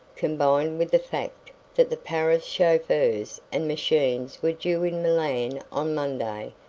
combined with the fact that the paris chauffeurs and machines were due in milan on monday,